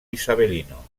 isabelino